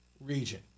region